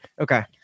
Okay